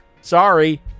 Sorry